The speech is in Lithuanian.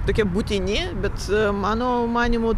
tokie būtini bet mano manymu